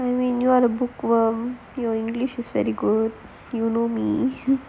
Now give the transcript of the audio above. and when you're a bookworm your english is very good you know me